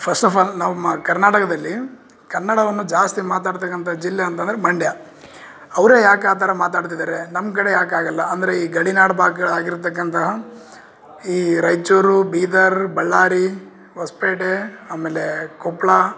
first of all ನಾವು ಮಾ ಕರ್ನಾಟಕದಲ್ಲಿ ಕನ್ನಡವನ್ನು ಜಾಸ್ತಿ ಮಾತಾಡ್ತಕಂಥ ಜಿಲ್ಲೆ ಅಂತಂದ್ರೆ ಮಂಡ್ಯ ಅವರೆ ಯಾಕೆ ಆ ಥರ ಮಾತಾಡ್ತಿದಾರೆ ನಮ್ಮ ಕಡೆ ಯಾಕೆ ಆಗೋಲ್ಲ ಅಂದರೆ ಈ ಗಡಿನಾಡು ಭಾಗ್ಗಳಾಗಿರ್ತಕಂಥ ಈ ರಾಯಚೂರು ಬೀದರ್ ಬಳ್ಳಾರಿ ಹೊಸಪೇಟೆ ಆಮೇಲೆ ಕೊಪ್ಪಳ